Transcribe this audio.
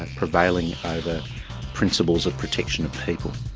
prevailing over principles of protection of people.